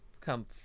come